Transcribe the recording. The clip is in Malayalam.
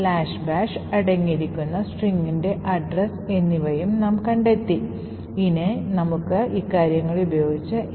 അതിനാൽ OS കാഴ്ചപ്പാടിൽ നിന്നുള്ള NX ബിറ്റ് പിന്തുണ 2004 മുതൽ ലിനക്സ് കേർണലുകളിൽ നിന്നും Windows XP service pack 1 Windows Server 2003 എന്നിവയിലും ഉൾപ്പെടുത്തിയിരിക്കുന്നു